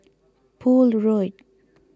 Poole Road